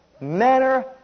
manner